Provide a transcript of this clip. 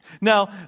Now